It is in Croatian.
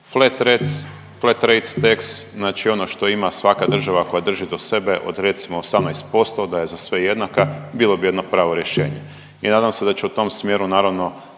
flate rate tax, znači ono što ima svaka država koja drži do sebe od recimo 18% da je za sve jednaka, bilo bi jedno pravo rješenje. I nadam se da će u tom smjeru naravno